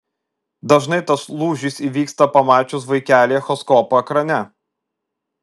dažnai tas lūžis įvyksta pamačius vaikelį echoskopo ekrane